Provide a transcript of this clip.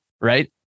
right